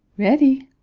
ready.